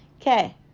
okay